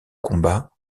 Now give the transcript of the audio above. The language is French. combat